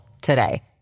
today